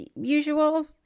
Usual